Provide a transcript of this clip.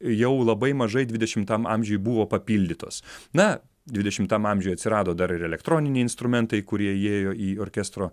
jau labai mažai dvidešimtam amžiuj buvo papildytos na dvidešimtam amžiui atsirado dar ir elektroniniai instrumentai kurie įėjo į orkestro